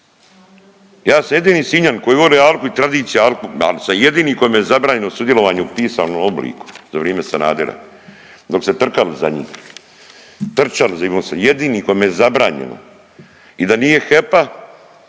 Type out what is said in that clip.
Ja sam jedini Sinjanin koji voli Alku i tradiciju Alku al sam jedini kojem je zabranjeno sudjelovanje u pisanom obliku za vrijeme Sanadera dok ste trkali za njim, trčali za Ivom, jedini kojem je zabranjeno i da nije HEP-a